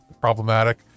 problematic